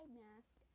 mask